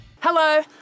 Hello